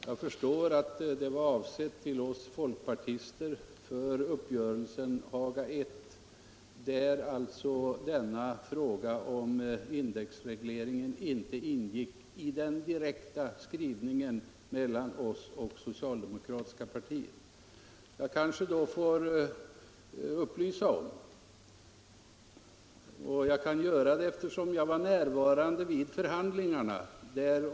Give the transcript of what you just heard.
Jag förstår att hans uttalande var riktat till oss folkpartister för uppgörelsen Haga I, där frågan om en indexreglering alltså inte ingick i den direkta skrivningen mellan oss och det socialdemokratiska partiet. Jag var närvarande vid förhandlingarna.